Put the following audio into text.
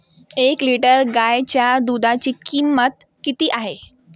एक लिटर गाईच्या दुधाची किंमत किती आहे?